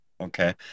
Okay